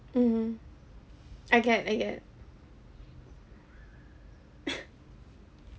mmhmm I get I get